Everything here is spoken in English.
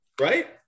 Right